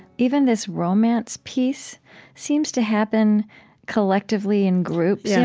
even this romance piece seems to happen collectively, in groups.